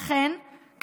אכן,